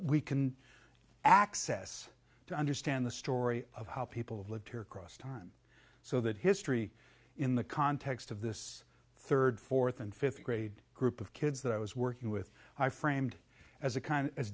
we can access to understand the story of how people have lived here across time so that history in the context of this third fourth and fifth grade group of kids that i was working with i framed as a kind